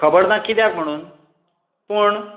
खबर ना किद्याक म्हुणून पूण